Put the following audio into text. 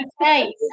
Okay